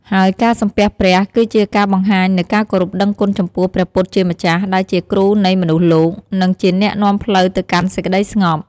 ហើយការសំពះព្រះ គឺជាការបង្ហាញនូវការគោរពដឹងគុណចំពោះព្រះពុទ្ធជាម្ចាស់ ដែលជាគ្រូនៃមនុស្សលោក និងជាអ្នកនាំផ្លូវទៅកាន់សេចក្ដីស្ងប់។